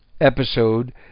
episode